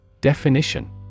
Definition